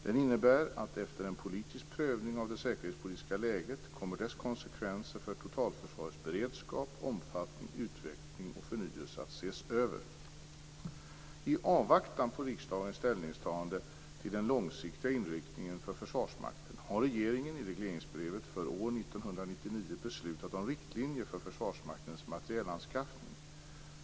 Den innebär att efter en politisk prövning av det säkerhetspolitiska läget kommer dess konsekvenser för totalförsvarets beredskap, omfattning, utveckling och förnyelse att ses över. I avvaktan på riksdagens ställningstagande till den långsiktiga inriktningen för Försvarsmakten har regeringen i regleringsbrevet för år 1999 beslutat om riktlinjer för Försvarsmaktens materielanskaffning.